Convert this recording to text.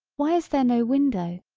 why is there no window,